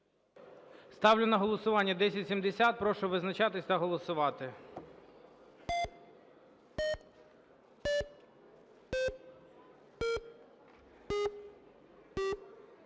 Ставлю на голосування. Прошу визначатись та голосувати.